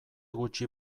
gutxi